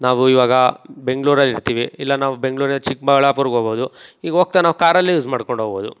ನಾವು ಇವಾಗ ಬೆಂಗಳೂರಲ್ಲಿರ್ತಿವಿ ಇಲ್ಲ ನಾವು ಬೆಂಗಳೂರಲ್ಲಿ ಚಿಕ್ಕಬಳ್ಳಾಪುರಕ್ಕೋಗ್ಬೋದು ಹೀಗೆ ಹೋಗ್ತ ನಾವು ಕಾರಲ್ಲೇ ಯೂಸ್ ಮಾಡ್ಕೊಂಡೋಗ್ಬೋದು